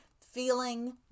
feeling